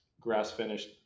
Grass-finished